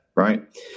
Right